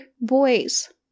boys